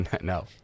No